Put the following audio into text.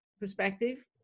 perspective